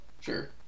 Sure